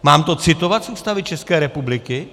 Mám to citovat z Ústavy České republiky?